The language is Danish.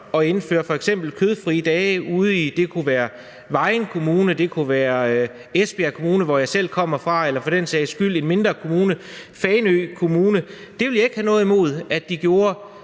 at indføre f.eks. kødfrie dage i eksempelvis Vejen Kommune, eller det kunne være Esbjerg Kommune, hvor jeg selv kommer fra, eller for den sags skyld en mindre kommune, f.eks. Fanø Kommune. Og det ville jeg ikke have noget imod at de gjorde,